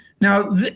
Now